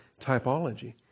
typology